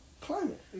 climate